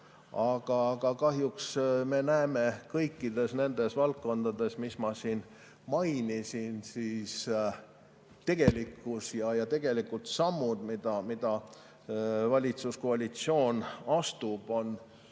Aga kahjuks me näeme kõikides nendes valdkondades, mida ma siin mainisin, et tegelikkus ja tegelikud sammud, mida valitsuskoalitsioon astub, on